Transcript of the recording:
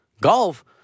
golf